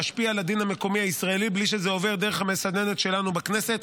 להשפיע על הדין המקומי הישראלי בלי שזה עובר דרך המסננת שלנו בכנסת.